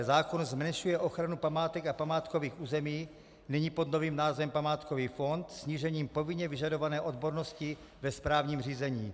Zákon zmenšuje ochranu památek a památkových území, nyní pod novým názvem památkový fond, snížením povinně vyžadované odbornosti ve správním řízení.